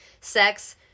sex